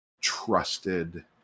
trusted